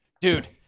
Dude